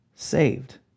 Saved